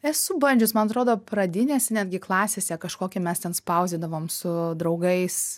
esu bandžius man atrodo pradinėse netgi klasėse kažkokį mes ten spausdindavom su draugais